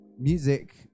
music